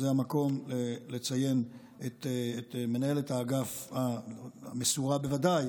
זה המקום לציין את מנהלת האגף המסורה בוודאי,